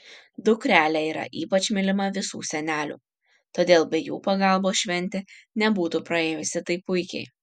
dukrelė yra ypač mylima visų senelių todėl be jų pagalbos šventė nebūtų praėjusi taip puikiai